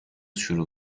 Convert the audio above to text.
شروع